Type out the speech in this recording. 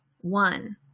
One